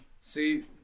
See